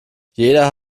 jeder